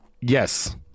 yes